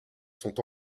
sont